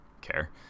care